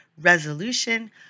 resolution